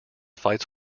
fights